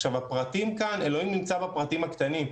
עכשיו, אלוהים נמצא בפרטים הקטנים.